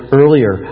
earlier